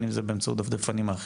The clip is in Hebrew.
או בין אם זה באמצעות הדפדפנים האחרים,